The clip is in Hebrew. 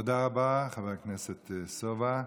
תודה רבה, חבר הכנסת סובה.